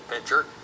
pitcher